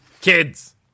Kids